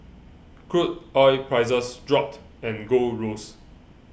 crude oil prices dropped and gold rose